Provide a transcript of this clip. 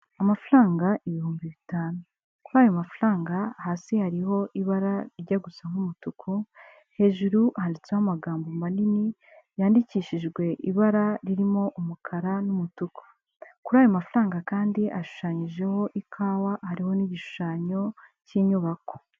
Amafaranga ibihumbi bitanu. Kuri ayo mafaranga hasi hariho ibara rijya gusa nk'umutuku, hejuru handitseho amagambo manini yandikishijwe ibara ririmo umukara n'umutuku. Kuri ayo mafaranga kandi hashushanyijeho ikawa hariho n'igishushanyo cy'inyubako.